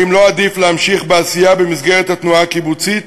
האם לא עדיף להמשיך בעשייה במסגרת התנועה הקיבוצית,